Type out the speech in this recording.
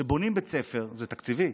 כשבונים בית ספר, זה תקציבי,